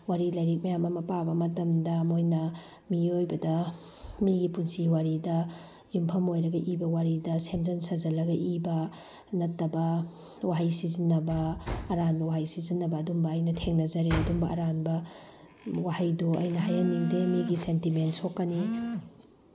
ꯋꯥꯔꯤ ꯂꯥꯏꯔꯤꯜ ꯃꯌꯥꯝ ꯑꯃ ꯄꯥꯕ ꯃꯇꯝꯗ ꯃꯣꯏꯅ ꯃꯤꯑꯣꯏꯕꯗ ꯃꯤꯒꯤ ꯄꯨꯟꯁꯤ ꯋꯥꯔꯤꯗ ꯌꯨꯝꯐꯝ ꯑꯣꯏꯔꯒ ꯏꯕ ꯋꯥꯔꯤꯗ ꯁꯦꯝꯖꯤꯟ ꯁꯥꯖꯤꯜꯂꯒ ꯏꯕ ꯅꯠꯇꯕ ꯋꯥꯍꯩ ꯁꯤꯖꯤꯟꯅꯕ ꯑꯔꯥꯟꯕ ꯋꯥꯍꯩ ꯁꯤꯖꯤꯟꯅꯕ ꯑꯗꯨꯝꯕ ꯑꯩꯅ ꯊꯦꯡꯅꯖꯔꯦ ꯑꯗꯨꯝꯕ ꯑꯔꯥꯟꯕ ꯋꯥꯍꯩꯗꯣ ꯑꯩꯅ ꯍꯥꯏꯍꯟꯅꯤꯡꯗꯦ ꯃꯤꯒꯤ ꯁꯦꯟꯇꯤꯃꯦꯟ ꯁꯣꯛꯀꯅꯤ